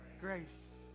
grace